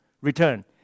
Return